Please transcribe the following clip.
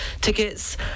tickets